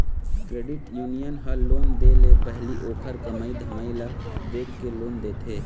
credit union ह loan दे ले पहिली ओखर कमई धमई ल देखके लोन देथे